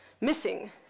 Missing